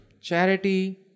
charity